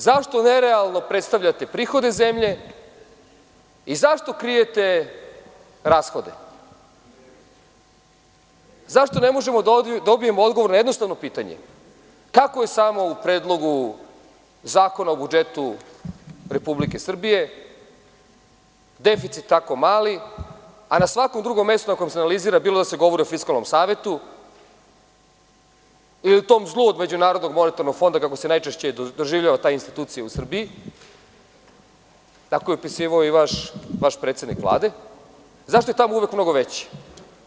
Zašto nerealno predstavljate prihode zemlje i zašto krijete rashode, zašto ne možemo da dobijemo odgovor na jednostavno pitanje, kako je samo u Predlogu zakona o budžetu Republike Srbije, deficit tako mali, a na svakom drugom mestu u kojem se analizira, bilo da se govori o Fiskalnom savetu ili o tom zlu od MMF, kako se najčešće doživljava ta institucija u Srbiji, tako je opisivao i vaš predsednik Vlade, zašto je tamo uvek mnogo veći?